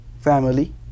family